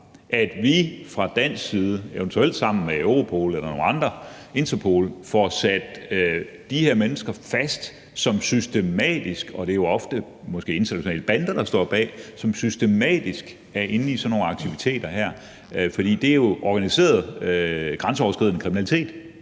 at vi fra dansk side, eventuelt sammen Europol, Interpol eller nogle andre, får sat de her mennesker fast, som systematisk – og det er måske ofte internationale bander, der står bag – er inde i sådan nogle aktiviteter her, fordi det jo er organiseret grænseoverskridende kriminalitet.